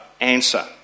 answer